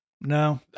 No